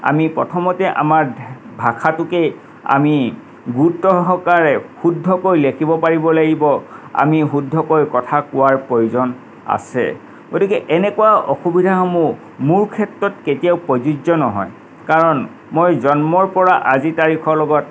আমি প্ৰথমতে আমাৰ ধে ভাষাটোকেই আমি গুৰুত্ব সহকাৰে শুদ্ধকৈ লেখিব পাৰিব লাগিব আমি শুদ্ধকৈ কথা কোৱাৰ প্ৰয়োজন আছে গতিকে এনেকুৱা অসুবিধাসমূহ মোৰ ক্ষেত্ৰত কেতিয়াও প্ৰযোজ্য নহয় কাৰণ মই জন্মৰ পৰা আজিৰ তাৰিখৰ লগত